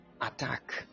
attack